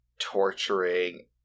torturing